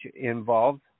involved